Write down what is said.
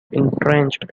entrenched